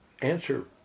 answer